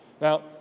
Now